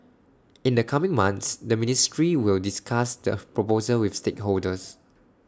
in the coming months the ministry will discuss the proposal with stakeholders